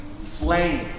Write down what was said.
slain